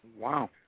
Wow